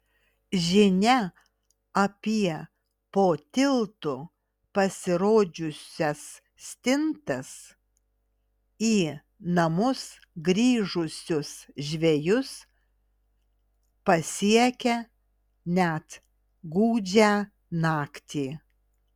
žinia apie po tiltu pasirodžiusias stintas į namus grįžusius žvejus pasiekia net gūdžią naktį